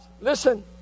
listen